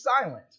silent